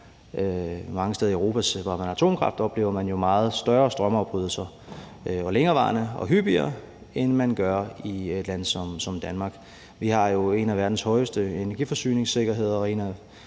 Mange steder i Europa, hvor man har atomkraft, oplever man jo meget større strømafbrydelser og længerevarende og hyppigere, end man gør i et land som Danmark. Vi har jo en af verdens højeste energiforsyningssikkerheder og en af